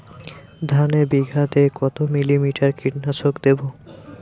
ধানে বিঘাতে কত মিলি লিটার কীটনাশক দেবো?